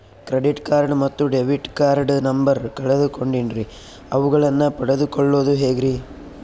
Credit card ಮತ್ತು debit card number ಕಳೆದುಕೊಂಡಿನ್ರಿ ಅವುಗಳನ್ನ ಪಡೆದು ಕೊಳ್ಳೋದು ಹೇಗ್ರಿ?